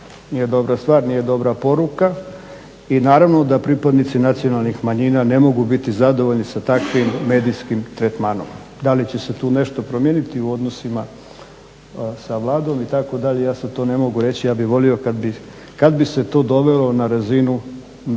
nije dobra stvar, nije dobra poruka i naravno da pripadnici nacionalnih manjina ne mogu biti zadovoljni sa takvim medijskim tretmanom. Da li će se tu nešto promijeniti u odnosima sa Vladom itd. ja sad to ne mogu reći, ja bih volio kad bi se to dovelo na razinu